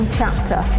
chapter